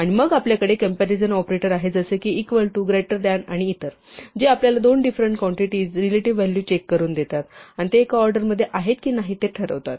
आणि मग आपल्याकडे कंप्यारीझन ऑपरेटर जसे की इक्वल टू ग्रेटर दॅन आणि इतर जे आपल्याला दोन डिफरंट क्वांटिटीझची रिलेटिव्ह व्हॅलू चेक करून देतात आणि ते एका ऑर्डर मध्ये आहेत की नाही ठरवतात